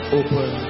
open